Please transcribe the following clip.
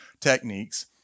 techniques